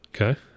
Okay